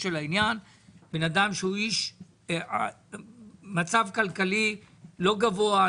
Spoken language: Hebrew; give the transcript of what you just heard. אדם שהוא בעל מצב כלכלי לא גבוה,